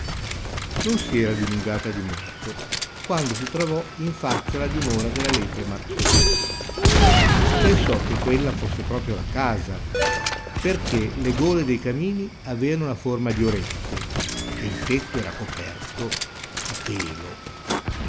non si era dilungata di molto quando si trovò in faccia alla dimora della lepre marzolina pensò che quella fosse proprio la casa perchè le gole dei camini aveano la forma di orecchie e il tetto era coperto di pelo